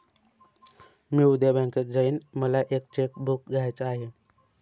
मी उद्या बँकेत जाईन मला एक चेक बुक घ्यायच आहे